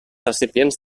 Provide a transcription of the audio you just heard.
recipients